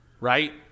Right